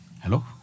hello